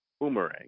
Boomerang